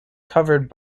covered